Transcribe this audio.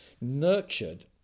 nurtured